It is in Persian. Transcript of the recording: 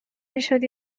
میشد